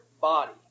body